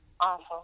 Awful